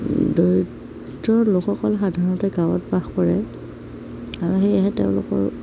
দৰিদ্ৰ লোকসকল সাধাৰণতে গাঁৱত বাস কৰে আৰু সেয়েহে তেওঁলোকৰ